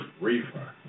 Reefer